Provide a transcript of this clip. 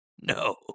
no